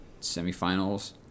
semifinals